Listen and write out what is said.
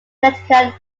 connecticut